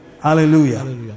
Hallelujah